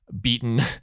beaten